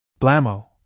Blammo